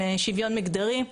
שוויון מגדרי,